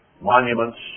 monuments